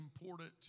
important